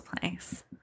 place